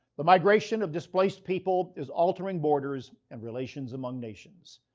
the migration of displaced peoples is altering borders and relations among nations.